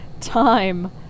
time